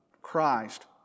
Christ